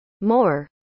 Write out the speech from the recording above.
more